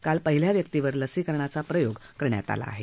काल पहिल्या व्यक्तीवर लसीकरणाचा प्रयोग करण्यात आला आहे